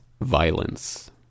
violence